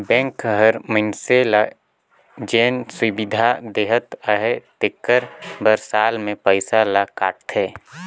bank हर मइनसे ल जेन सुबिधा देहत अहे तेकर बर साल में पइसा ल काटथे